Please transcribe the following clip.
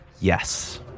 Yes